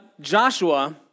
Joshua